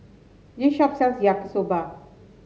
this shop sells Yaki Soba